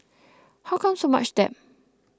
how come so much debt